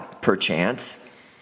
perchance